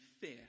fear